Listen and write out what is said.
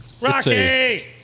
Rocky